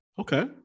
Okay